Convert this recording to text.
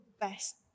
best